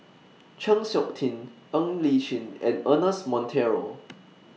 Chng Seok Tin Ng Li Chin and Ernest Monteiro